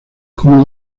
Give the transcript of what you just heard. como